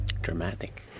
Dramatic